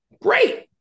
great